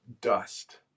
dust